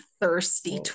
thirsty